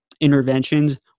interventions